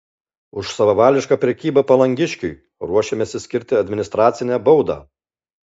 už savavališką prekybą palangiškiui ruošiamasi skirti administracinę baudą